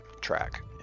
track